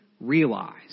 realize